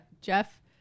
Jeff